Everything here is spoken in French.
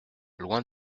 loin